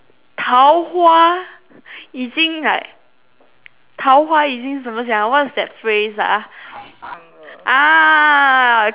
桃花已经 like 桃花已经怎么讲啊 what's that phrase ah ah